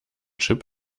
chip